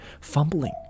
fumbling